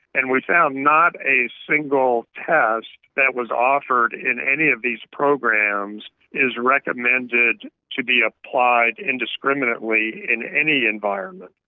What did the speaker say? and we found not a single test that was offered in any of these programs is recommended to be applied indiscriminately in any environment.